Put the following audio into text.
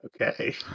Okay